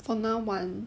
for now [one]